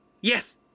yes